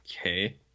Okay